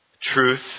Truth